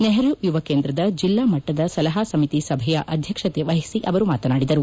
ನೆಹರು ಯುವ ಕೇಂದ್ರದ ಜಿಲ್ಲಾ ಮಟ್ಟದ ಸಲಹಾ ಸಮಿತಿ ಸಭೆಯ ಅಧ್ಯಕ್ಷತೆ ವಹಿಸಿ ಅವರು ಮಾತನಾಡಿದರು